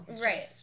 Right